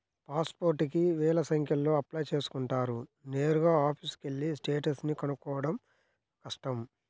pass పోర్టుకి వేల సంఖ్యలో అప్లై చేసుకుంటారు నేరుగా ఆఫీసుకెళ్ళి స్టేటస్ ని కనుక్కోడం కష్టం